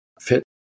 fit